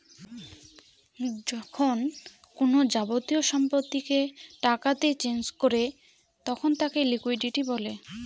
যখন কোনো যাবতীয় সম্পত্তিকে টাকাতে চেঞ করে তখন তাকে লিকুইডিটি বলে